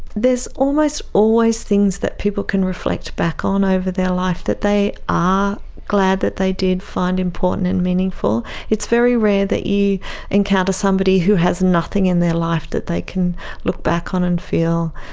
almost always things that people can reflect back on over their life that they are glad that they did find important and meaningful. it's very rare that you encounter somebody who has nothing in their life that they can look back on and feel,